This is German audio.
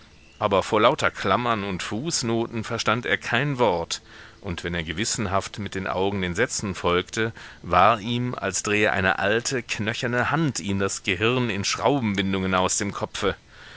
aber vor lauter klammern und fußnoten verstand er kein wort und wenn er gewissenhaft mit den augen den sätzen folgte war ihm als drehe eine alte knöcherne hand ihm das gehirn in schraubenwindungen aus dem kopfe